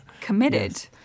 committed